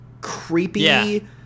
creepy